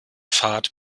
fahrt